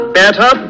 better